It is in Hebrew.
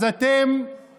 זה חוק,